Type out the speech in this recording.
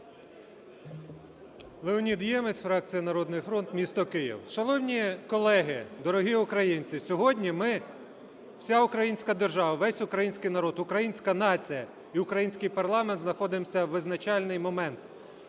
Леонід Ємець, фракція "Народний фронт", місто Київ. Шановні колеги, дорогі українці, сьогодні ми вся українська держава, весь український народ, українська нація і український парламент знаходимося в визначальний момент.